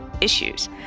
issues